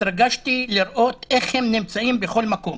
התרגשתי לראות איך הם נמצאים בכל מקום".